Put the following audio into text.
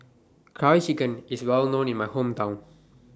Curry Chicken IS Well known in My Hometown